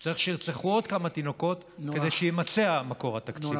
צריך שירצחו עוד כמה תינוקות כדי שיימצא המקור התקציבי.